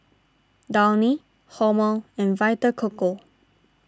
Downy Hormel and Vita Coco